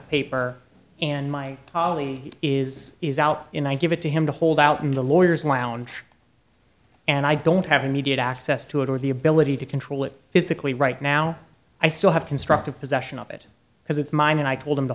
paper and my colleague is is out in one thousand it to him to hold out in the lawyers lounge and i don't have immediate access to it or the ability to control it physically right now i still have constructive possession of it because it's mine and i told them to